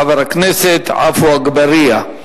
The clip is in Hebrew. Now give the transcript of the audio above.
חבר הכנסת עפו אגבאריה.